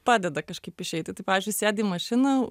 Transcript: padeda kažkaip išeiti tai pavyzdžiui sėdi į mašiną